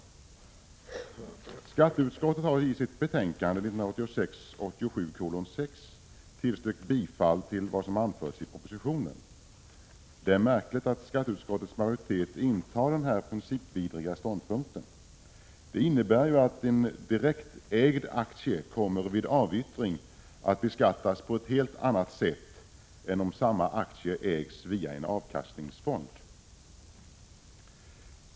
Skatteutskottet har i sitt betänkande 1986/87:6 tillstyrkt bifall till vad som anförts i propositionen. Det är märkligt att skatteutskottets majoritet intar denna principvidriga ståndpunkt. Det innebär ju att en direktägd aktie vid avyttring kommer att beskattas på ett helt annat sätt än om samma aktie ägs via en avkastningsfond.